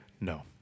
no